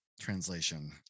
translation